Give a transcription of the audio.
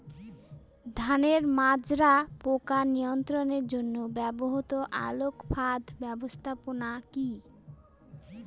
ধানের মাজরা পোকা নিয়ন্ত্রণের জন্য ব্যবহৃত আলোক ফাঁদ ব্যবস্থাপনা কি?